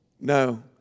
No